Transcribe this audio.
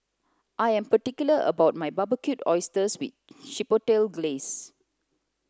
I am particular about my Barbecued Oysters with Chipotle Glaze